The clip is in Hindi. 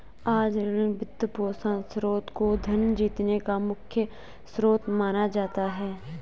आज ऋण, वित्तपोषण स्रोत को धन जीतने का मुख्य स्रोत माना जाता है